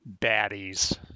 baddies